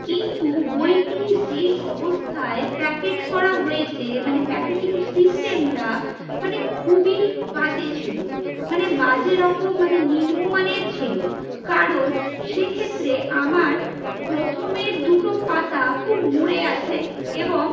কিন্তু বইটি যে অবস্থায় প্যাকেট করা হয়েছে মানে প্যাকেটিং সিস্টেমটা মানে খুবই বাজে ছিল মানে বাজে রকম মানে নিম্ম মানের ছিল কারণ সেক্ষেত্রে আমার প্রথমের দুটো পাতা খুব মুড়ে আছে এবং